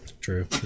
true